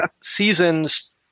seasons